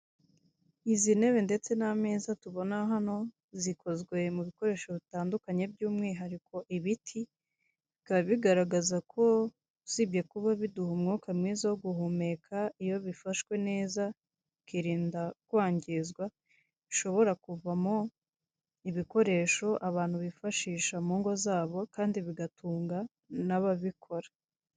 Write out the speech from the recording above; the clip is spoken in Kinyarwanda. Izi ntebe ndetse n'amezaza tubona hano zikozwe mu bikoresho bitandukanye by'umwihariko ibiti bikaba bigaragaza ko usibye kuba biduha umwuka mwiza wo guhumeka iyo bifashwe neza ukirinda kwangizwa bishobora kuvamo ibikoresho abantu bifashisha mu ngo zabo kandi bigatunga n'ababikora.